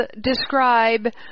describe